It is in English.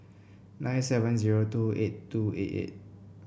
nine seven zero two eight two eight eight